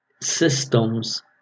systems